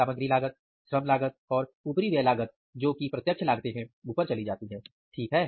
सामग्री लागत श्रम लागत और उपरिव्यय लागत जो प्रत्यक्ष लागतें हैं ऊपर चली जाती है ठीक है